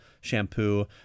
shampoo